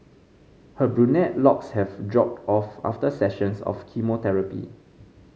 her brunette locks have dropped off after sessions of chemotherapy